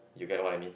you get what I mean